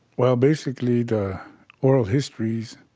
well, basically, the oral histories,